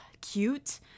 cute